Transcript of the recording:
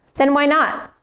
then why not?